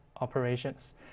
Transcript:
operations